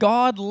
God